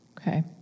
Okay